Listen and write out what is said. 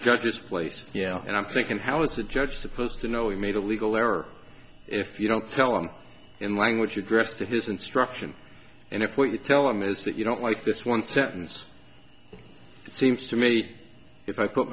justice place yeah and i'm thinking how is the judge supposed to know you made a legal error if you don't tell him in language addressed to his instruction and if what you tell them is that you don't like this one sentence it seems to me if i put